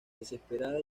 desesperada